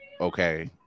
Okay